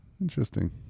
Interesting